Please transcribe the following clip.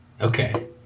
Okay